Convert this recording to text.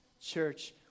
Church